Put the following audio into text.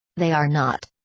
they are not.